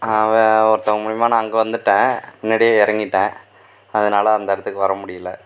ஒருத்தவங்க மூலியமாக நான் அங்கே வந்துவிட்டேன் முன்னாடியே இறங்கிட்டேன் அதனால் அந்த இடத்துக்கு வர முடியலை